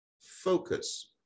FOCUS